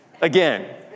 again